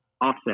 offset